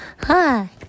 Hi